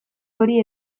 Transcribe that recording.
hori